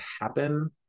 happen